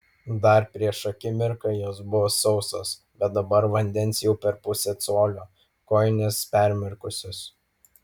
dar prieš akimirką jos buvo sausos bet dabar vandens jau per pusę colio kojinės permirkusios